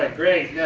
ah great, yeah